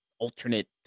Alternate